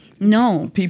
no